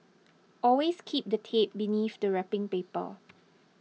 always keep the tape beneath the wrapping paper